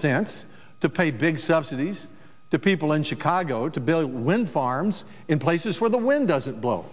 sense to pay big subsidies to people in chicago to build wind farms in places where the wind doesn't blow